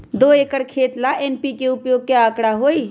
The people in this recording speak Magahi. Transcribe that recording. दो एकर खेत ला एन.पी.के उपयोग के का आंकड़ा होई?